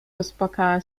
rozpłakała